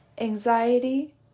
anxiety